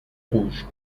rouge